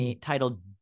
titled